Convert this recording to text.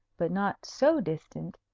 but not so distant,